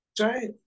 Right